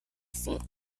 feet